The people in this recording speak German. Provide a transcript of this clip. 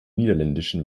niederländischen